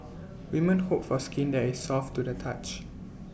women hope for skin that is soft to the touch